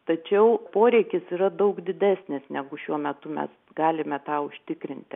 tačiau poreikis yra daug didesnis negu šiuo metu mes galime tą užtikrinti